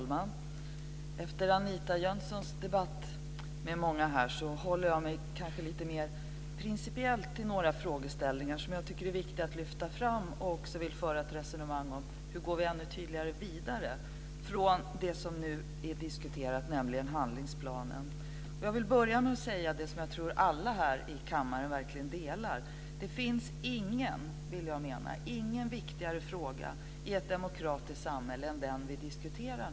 Herr talman! Efter Anita Jönssons debatt med många här håller jag mig lite mer principiellt till några frågeställningar som jag tycker är viktiga att lyfta fram. Jag vill också föra ett resonemang om hur vi ännu tydligare går vidare från det som nu diskuteras, nämligen handlingsplanen. Jag vill böra med att säga det som jag tror alla här i kammaren verkligen delar. Jag menar att det inte finns någon viktigare fråga i ett demokratiskt samhälle än den som vi nu diskuterar.